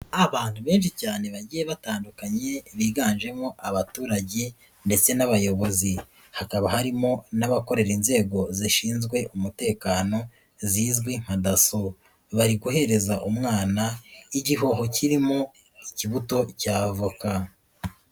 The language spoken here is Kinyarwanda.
Abantu benshi cyane bagiye batandukanye biganjemo abaturage ndetse n'abayobozi, hakaba harimo n'abakorera inzego zishinzwe umutekano zizwi nka DASSO, bari guhereza umwana igihoho kirimo ikibuto cya avoka.